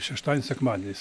šeštadieniais sekmadieniais